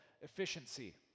efficiency